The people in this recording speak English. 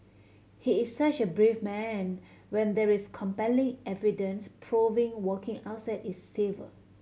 he is such a brave man when there is compelling evidence proving walking outside is safer